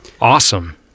Awesome